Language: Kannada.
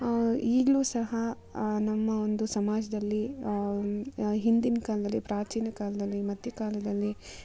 ಈಗಲೂ ಸಹ ನಮ್ಮ ಒಂದು ಸಮಾಜದಲ್ಲಿ ಹಿಂದಿನ ಕಾಲದಲ್ಲಿ ಪ್ರಾಚೀನ ಕಾಲದಲ್ಲಿ ಮಧ್ಯ ಕಾಲದಲ್ಲಿ